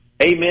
amen